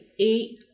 eight